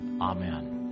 Amen